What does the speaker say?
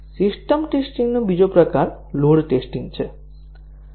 system testing નો બીજો પ્રકાર લોડ ટેસ્ટીંગ છે